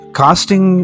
casting